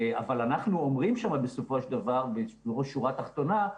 אבל אנחנו אומרים שם בסופו של דבר בשורה תחתונה,